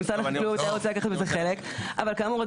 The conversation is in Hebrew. משרד החקלאות היה רוצה לקחת בזה חלק אבל, כאמור.